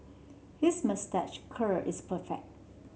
his moustache curl is perfect